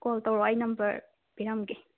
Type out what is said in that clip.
call ꯇꯧꯔꯑꯣ ꯑꯩ number ꯄꯤꯔꯝꯒꯦ